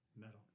Metal